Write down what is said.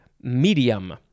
medium